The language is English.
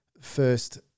first